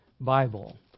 Bible